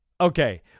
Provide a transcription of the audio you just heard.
Okay